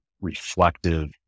reflective